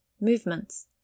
Movements